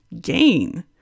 gain